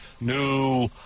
New